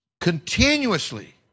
continuously